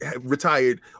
retired